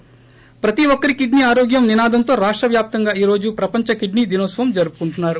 ప్రతీ ఒక్కరి కిడ్సీ ఆరోగ్యం నినాదంతో రాష్ట వ్యాప్తంగా ఈ రోజు ప్రపంచ కిడ్నీ దినోత్పవం జరుపుకుంటున్నారు